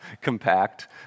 compact